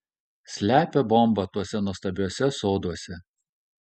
slepia bombą tuose nuostabiuose soduose